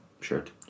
shirt